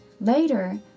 Later